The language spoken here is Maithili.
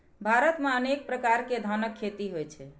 भारत मे अनेक प्रकार के धानक खेती होइ छै